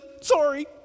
sorry